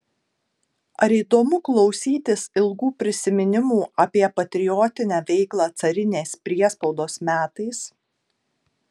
ar įdomu klausytis ilgų prisiminimų apie patriotinę veiklą carinės priespaudos metais